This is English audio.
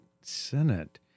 Senate